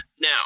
now